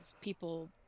people